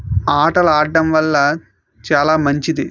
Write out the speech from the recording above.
ఆటలు ఆడడం వల్ల చాలా మంచిది